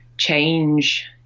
Change